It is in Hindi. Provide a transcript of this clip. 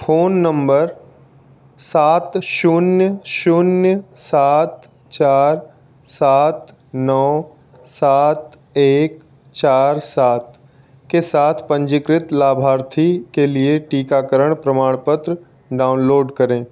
फोन नंबर सात शून्य शून्य सात चार सात नौ सात एक चार सात के साथ पंजीकृत लाभार्थी के लिए टीकाकरण प्रमाणपत्र डाउनलोड करें